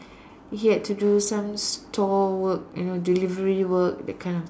he had to do some store work you know delivery work that kind of